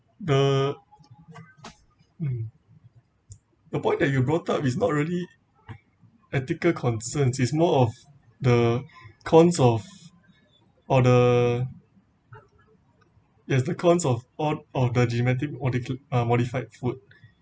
the hmm the point that you brought up is not really ethical concerns it's more of the cons of or the yes the cons of all of the genetic modif~ modified food